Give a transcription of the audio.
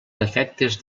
defectes